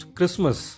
Christmas